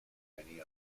many